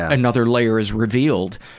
another layer is revealed,